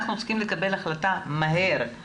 אנחנו צריכים לקבל החלטה מהר.